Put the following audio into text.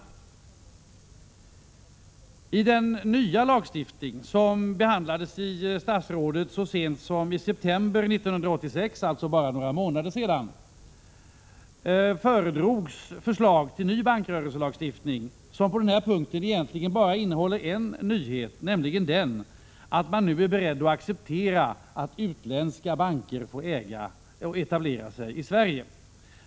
När det gäller den nya lagstiftningen, som behandlades så sent som i september 1986, alltså för bara några månader sedan, föredrogs förslag till en ny bankrörelselagstiftning, som på denna punkt egentligen bara innehåller en nyhet, nämligen den att man nu är beredd att acceptera att utländska banker får etablera sig i Sverige.